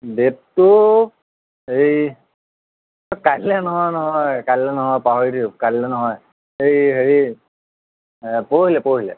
ডেটটো এই কাইলৈ নহয় নহয় কাইলৈ নহয় পাহৰি থাকিলোঁ কাইলৈ নহয় এই হেৰি পৰহিলৈ পৰহিলৈ